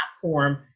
platform